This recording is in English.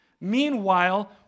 Meanwhile